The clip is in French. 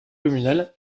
communale